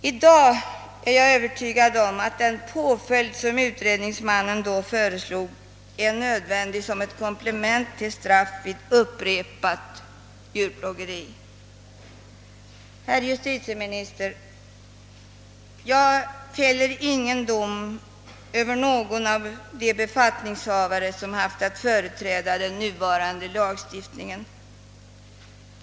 I dag är jag övertygad om att den påföljd som utredningsmannen då föreslog är nödvändig som ett komplement till straff vid upprepat djurplågeri. Herr justitieminister! Jag fäller ingen dom över någon av de befattningshavare som har haft att tillämpa den nuvarande lagen.